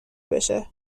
بشه